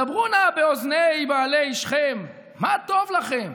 דברו נא באזני כל בעלי שכם מה טוב לכם